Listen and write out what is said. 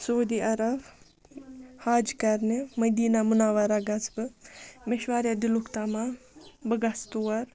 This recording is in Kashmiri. سعوٗدی عرب حج کَرنہِ مٔدیٖنہ مُنورہ گژھٕ بہٕ مےٚ چھُ واریاہ دِلُک تماہ بہٕ گژھٕ تور